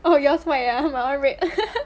oh yours white ah my one red